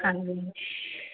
ਹਾਂਜੀ